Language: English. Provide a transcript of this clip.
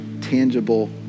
tangible